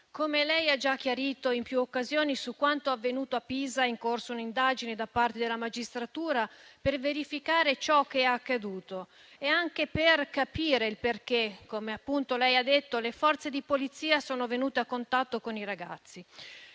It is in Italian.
Come lei ha già chiarito in più occasioni, su quanto avvenuto a Pisa è in corso un'indagine da parte della magistratura per verificare ciò che è accaduto e anche per capire il perché, come appunto lei ha detto, le Forze di polizia sono venute a contatto con i ragazzi.